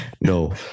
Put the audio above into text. No